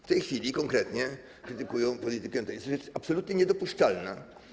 W tej chwili konkretnie krytykują politykę tej Izby, co jest absolutnie niedopuszczalne.